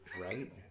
Right